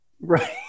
Right